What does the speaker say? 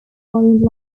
foreign